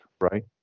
Right